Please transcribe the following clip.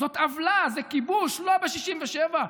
זאת עוולה, זה כיבוש, לא ב-67'.